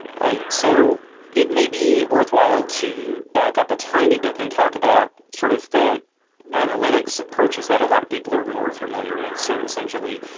right. so it may be worthwhile to back up a tiny bit and talk about sort of the analytics approaches that a lot of people are more familiar with. so essentially,